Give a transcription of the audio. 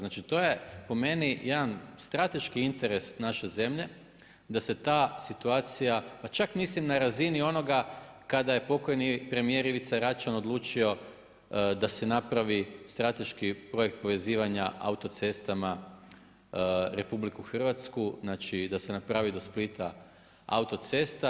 Znači to je po meni, jedan strateški interes naše zemlje, da se ta situacija pa čak mislim na razini ovoga, kada je pokojni premjer Ivica Račan odlučio da se napravi strateški projekt povezivanja autocestama RH i da se napravi do Splita autocesta.